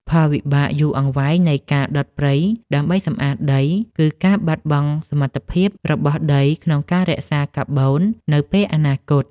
ផលវិបាកយូរអង្វែងនៃការដុតព្រៃដើម្បីសម្អាតដី គឺការបាត់បង់សមត្ថភាពរបស់ដីក្នុងការរក្សាកាបូននៅពេលអនាគត។